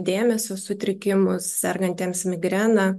dėmesio sutrikimus sergantiems migrena